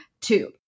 two